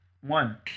One